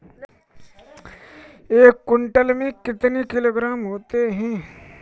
एक क्विंटल में कितने किलोग्राम होते हैं?